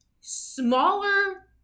smaller